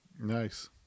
Nice